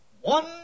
One